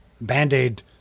Band-Aid